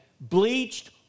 bleached